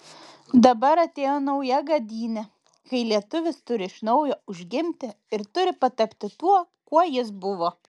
dabar atėjo nauja gadynė kai lietuvis turi iš naujo užgimti ir turi patapti tuo kuo jis buvo